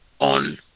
on